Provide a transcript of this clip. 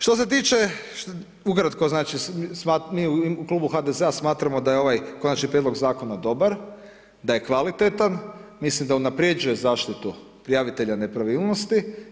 Što se tiče ukratko znači, mi u klubu HDZ-a smatramo da je ovaj konačni prijedlog zakona dobar, da je kvalitetan, mislim da unapređuje zaštitu prijavitelja nepravilnosti.